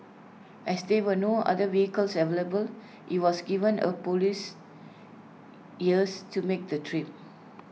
as there were no other vehicles available he was given A Police hearse to make the trip